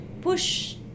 push